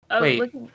Wait